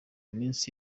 minsi